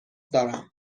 دارم